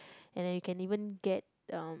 and and you can even get uh